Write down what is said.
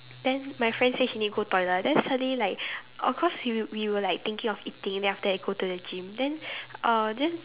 then my friend say she need go toilet then suddenly like orh cause we we were like thinking of eating then after go to the gym then uh then